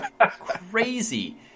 crazy